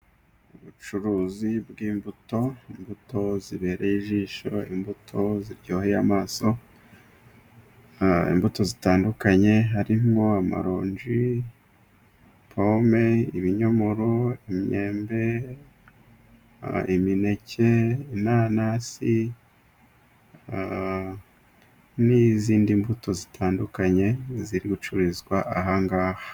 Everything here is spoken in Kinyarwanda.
Ubucuruzi bw'imbuto ,imbuto zibereye ijisho, imbuto ziryoheye amaso imbuto zitandukanye harimo : amaronji ,pome ,ibinyomoro ,imyembe imineke, inanasi n'izindi mbuto zitandukanye zirigucururizwa aha ngaha.